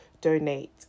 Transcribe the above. donate